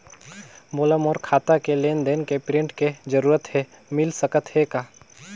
मोला मोर खाता के लेन देन के प्रिंट के जरूरत हे मिल सकत हे का?